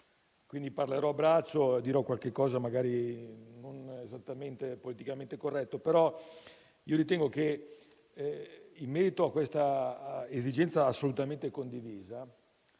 quindi, parlerò a braccio e magari dirò qualcosa di non esattamente politicamente corretto. Ritengo che, in merito a questa esigenza assolutamente condivisa,